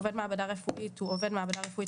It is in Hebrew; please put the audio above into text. עובד מעבדה רפואית הוא עובד מעבדה רפואית